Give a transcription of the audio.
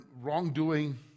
wrongdoing